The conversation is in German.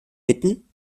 bitten